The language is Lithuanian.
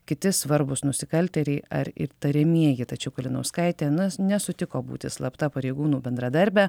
kiti svarbūs nusikaltėliai ar įtariamieji tačiau kalinauskaitė na nesutiko būti slapta pareigūnų bendradarbe